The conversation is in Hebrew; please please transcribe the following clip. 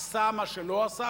עשה מה שלא עשה.